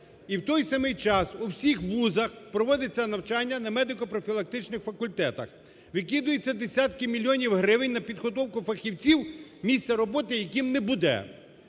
І в той самий час у всіх вузах проводиться навчання на медико-профілактичних факультетах, викидаються десятки мільйонів гривень на підготовку фахівців, місця роботи яким не буде.